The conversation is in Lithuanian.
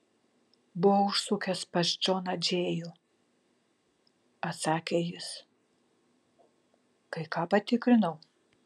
buvau užsukęs pas džoną džėjų atsakė jis kai ką patikrinau